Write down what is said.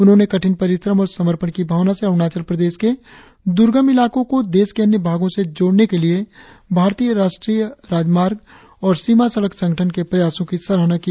उन्होंने कठिन परिश्रम और समर्पण की भावना से अरुणाचल प्रदेश के द्रर्गम इलाकों को देश के अन्य भागों से जोड़ने के लिए भारतीय राष्ट्रीय राजमार्ग और सीमा सड़क संगठन के प्रयासो की सराहना की